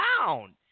down